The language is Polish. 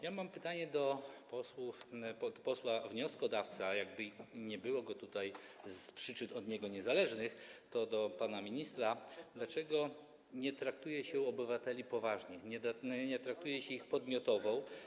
Ja mam pytanie do posła wnioskodawcy, a jakby nie było go tutaj z przyczyn od niego niezależnych - to do pana ministra: Dlaczego nie traktuje się obywateli poważnie, nie traktuje się ich podmiotowo?